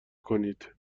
کنید